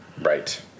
Right